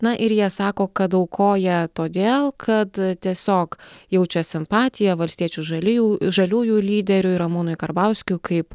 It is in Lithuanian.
na ir jie sako kad aukoja todėl kad tiesiog jaučia simpatiją valstiečių žaliu žaliųjų lyderiui ramūnui karbauskiui kaip